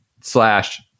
slash